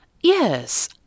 Yes